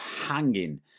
hanging –